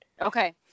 Okay